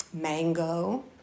Mango